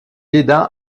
aida